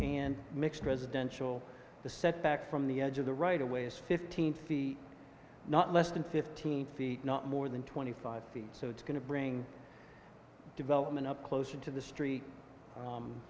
and mixed residential the set back from the edge of the right away is fifteenth ie not less than fifteen feet not more than twenty five feet so it's going to bring development up closer to the street